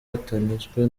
atanyuzwe